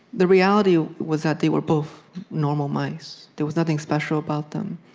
the reality was that they were both normal mice. there was nothing special about them.